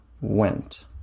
went